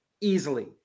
easily